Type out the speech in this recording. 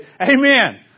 Amen